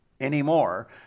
anymore